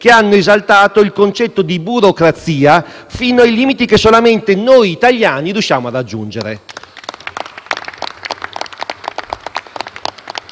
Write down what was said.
che hanno esaltato il concetto di burocrazia fino ai limiti che solamente noi italiani riusciamo a raggiungere